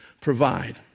provide